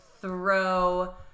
throw